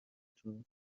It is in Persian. تون